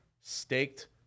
staked